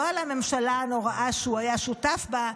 לא על הממשלה הנוראה שהוא היה שותף בה,